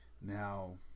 Now